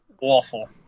Awful